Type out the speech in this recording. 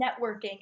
Networking